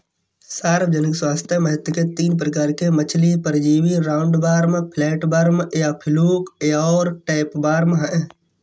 सार्वजनिक स्वास्थ्य महत्व के तीन प्रकार के मछली परजीवी राउंडवॉर्म, फ्लैटवर्म या फ्लूक और टैपवार्म है